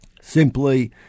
Simply